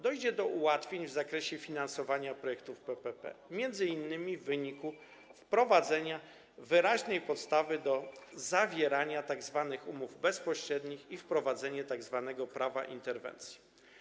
Dojdzie do ułatwień w zakresie finansowania projektów PPP, m.in. w wyniku wprowadzenia wyraźnej podstawy do zawierania tzw. umów bezpośrednich i wprowadzenia tzw. prawa interwencji.